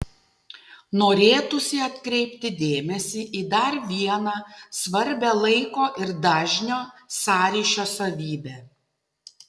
norėtųsi atkreipti dėmesį į dar vieną svarbią laiko ir dažnio sąryšio savybę